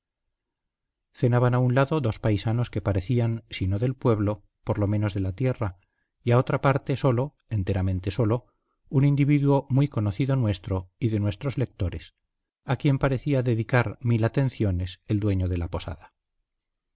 cenaban a un lado dos paisanos que parecían si no del pueblo por lo menos de la tierra y a otra parte solo enteramente solo un individuo muy conocido nuestro y de nuestros lectores a quien parecía dedicar mil atenciones el dueño de la posada